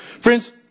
Friends